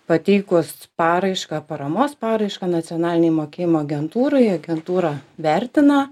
pateikus paraišką paramos paraišką nacionalinei mokėjimo agentūrai agentūra vertina